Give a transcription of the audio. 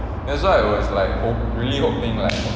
that's why I was like hope really hoping like